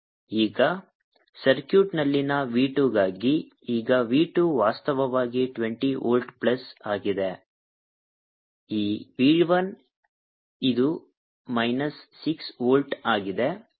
At R→∞ V1 6010 6V ಈಗ ಸರ್ಕ್ಯೂಟ್ನಲ್ಲಿನ V 2 ಗಾಗಿ ಈಗ V 2 ವಾಸ್ತವವಾಗಿ 20 ವೋಲ್ಟ್ ಪ್ಲಸ್ ಆಗಿದೆ ಈ V 1 ಇದು ಮೈನಸ್ 6 ವೋಲ್ಟ್ ಆಗಿದೆ